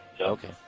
Okay